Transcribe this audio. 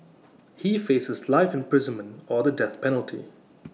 he faces life imprisonment or the death penalty